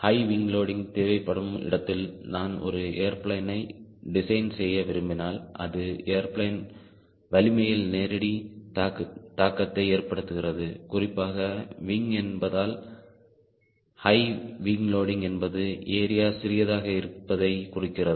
high wing loading தேவைப்படும் இடத்தில் நான் ஒரு ஏர்பிளேனை டிசைன் செய்ய விரும்பினால் அது ஏர்பிளேன் வலிமையில் நேரடி தாக்கத்தை ஏற்படுத்துகிறது குறிப்பாக விங் என்பதால் ஹை விங் லோடிங் என்பது ஏரியா சிறியதாக இருப்பதைக் குறிக்கிறது